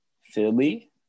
Philly